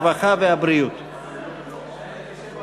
הרווחה והבריאות נתקבלה.